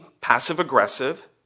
passive-aggressive